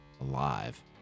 alive